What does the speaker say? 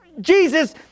Jesus